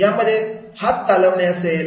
यामध्ये हात चालवणे असेल